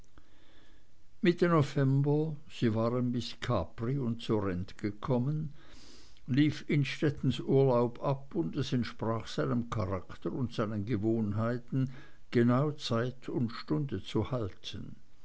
mitte november sie waren bis capri und sorrent gekommen lief innstettens urlaub ab und es entsprach seinem charakter und seinen gewohnheiten genau zeit und stunde zu halten